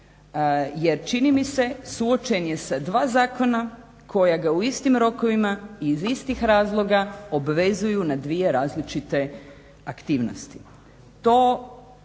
Jer čini mi se suočen je sa dva zakona koja ga u istim rokovima iz istih razloga obvezuju na dvije različite aktivnosti.